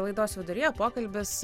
laidos viduryje pokalbis